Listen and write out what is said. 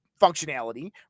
functionality